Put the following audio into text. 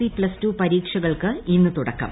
C plus two ന് പരീക്ഷകൾക്ക് ഇന്ന് തുട്ക്കം